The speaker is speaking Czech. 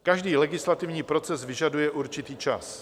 Každý legislativní proces vyžaduje určitý čas.